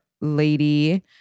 lady